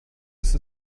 ist